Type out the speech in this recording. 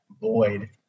void